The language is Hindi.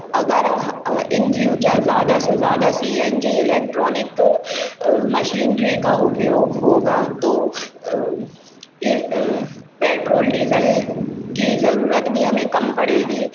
अगर ह इन फ्यूचर ज़्यादा से ज़्यादा C N G electronic machinery का उपयोग होगा तो इ पेट्रोल डीज़ल की ज़रूरत भी हमें कम पड़ेगी